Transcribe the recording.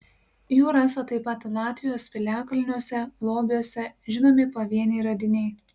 jų rasta taip pat latvijos piliakalniuose lobiuose žinomi pavieniai radiniai